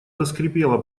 заскрипела